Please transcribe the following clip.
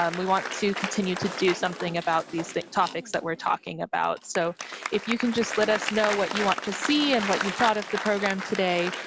um we want to continue to do something about these thick topics that we're talking about so if you can just let us know what you want to see and what you thought of the program today,